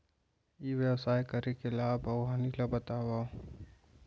ई व्यवसाय करे के लाभ अऊ हानि ला बतावव?